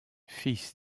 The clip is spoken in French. fils